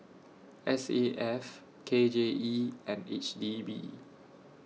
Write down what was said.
S A F K J E and H D B